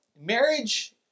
marriage